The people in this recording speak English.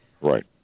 Right